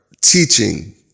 teaching